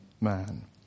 man